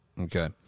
Okay